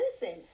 listen